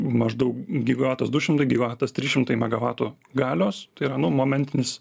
maždaug gigavatas du šimtai gigavatas trys šimtai megavatų galios tai yra nu momentinis